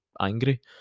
angry